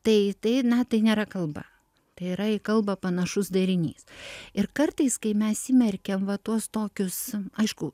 tai tai na tai nėra kalba tai yra į kalbą panašus darinys ir kartais kai mes įmerkiam va tuos tokius aišku